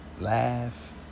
Laugh